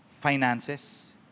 finances